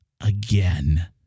again